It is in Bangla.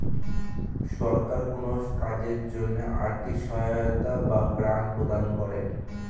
সরকার কোন কাজের জন্য আর্থিক সহায়তা বা গ্র্যান্ট প্রদান করে